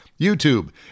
YouTube